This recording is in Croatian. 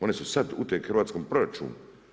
One su sada uteg hrvatskom proračunu.